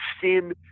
sin